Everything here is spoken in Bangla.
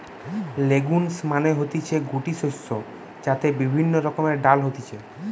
লেগুমস মানে হতিছে গুটি শস্য যাতে বিভিন্ন রকমের ডাল হতিছে